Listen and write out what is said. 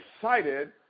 excited